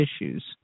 issues